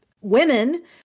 women